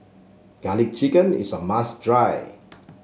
garlic chicken is a must dry